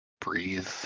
breathe